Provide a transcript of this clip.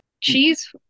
cheese